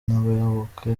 n’abayoboke